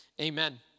Amen